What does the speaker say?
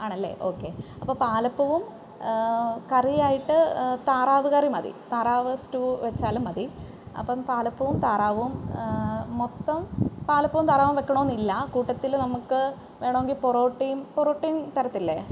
ആണല്ലേ ഓക്കേ അപ്പം പാലപ്പവും കറിയായിട്ട് താറാവ് കറി മതി താറാവ് സ്റ്റൂ വെച്ചാലും മതി അപ്പം പാലപ്പവും താറാവും മൊത്തം പാലപ്പവും താറാവും വെക്കണമെന്നില്ല കൂട്ടത്തിൽ നമുക്ക് വേണമെങ്കിൽ പൊറോട്ടയും പൊറോട്ടയും തരത്തില്ലേ